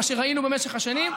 מה שראינו במשך השנים,